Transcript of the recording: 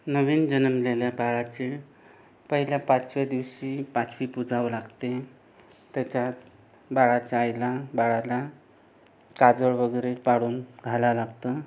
नवीन जन्मलेल्या बाळाचे पहिल्या पाचव्या दिवशी पाचवी पुजावं लागते त्याच्यात बाळाच्या आईला बाळाला काजळ वगैरे पाडून घालावं लागतं